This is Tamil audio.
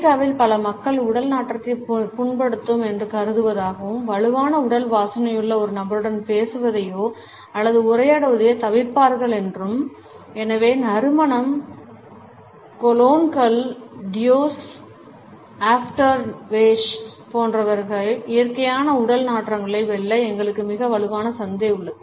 அமெரிக்காவில் பல மக்கள் உடல் நாற்றத்தை புண்படுத்தும் என்று கருதுவதாகவும் வலுவான உடல் வாசனையுள்ள ஒரு நபருடன் பேசுவதையோ அல்லது உரையாடுவதையோ தவிர்ப்பார்கள் என்றும் எனவே நறுமணம் கொலோன்கள் டியோஸ் அஃப்டர்ஷேவ்ஸ் போன்றவற்றின் இயற்கையான உடல் நாற்றங்களை வெல்ல எங்களுக்கு மிக வலுவான சந்தை உள்ளது